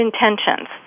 intentions